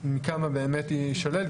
מכמה באמת יישלל.